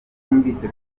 bumvise